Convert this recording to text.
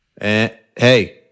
Hey